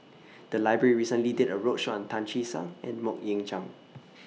The Library recently did A roadshow on Tan Che Sang and Mok Ying Jang